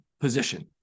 position